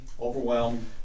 overwhelmed